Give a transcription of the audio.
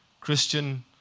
Christian